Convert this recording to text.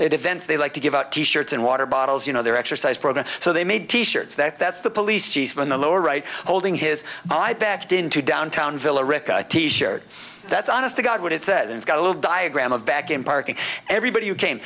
defense they like to give out t shirts and water bottles you know their exercise program so they made t shirts that that's the police chief in the lower right holding his i backed into downtown villa rekha t shirt that's honest to god what it says it's got a little diagram of back in parking everybody who came